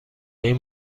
این